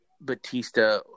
Batista